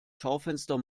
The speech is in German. schaufenster